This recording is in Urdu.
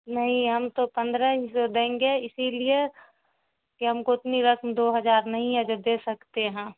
نہیں ہم تو پندرہ ہی سو دیں گے اسی لیے کہ ہم کو اتنی رقم دو ہزار نہیں ہے جو دے سکتے ہیں